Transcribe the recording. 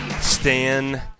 Stan